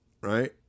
right